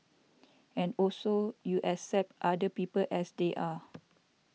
and also you accept other people as they are